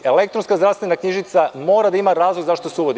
Elektronska zdravstvena knjižica mora da ima razlog zašto se uvodi.